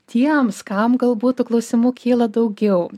tiems kam galbūt tų klausimų kyla daugiau